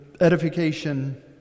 edification